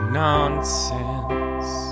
nonsense